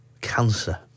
cancer